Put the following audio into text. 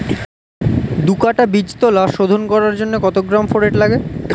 দু কাটা বীজতলা শোধন করার জন্য কত গ্রাম ফোরেট লাগে?